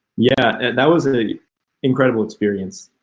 yeah, that was a incredible experience.